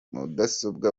mudasobwa